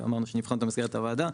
אמרנו שאנחנו נבחן אותו במסגרת הוועדה,